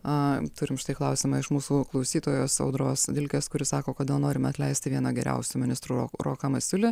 a turim štai klausimą iš mūsų klausytojos audros vilkės kuri sako kodėl norime atleisti vieną geriausių ministrų roką masiulį